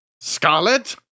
Scarlet